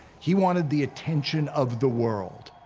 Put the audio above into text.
he wanted the attention of the world,